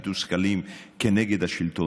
שמתוסכלים כנגד השלטון,